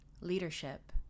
leadership